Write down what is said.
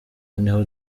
niho